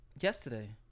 Yesterday